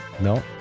No